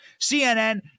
CNN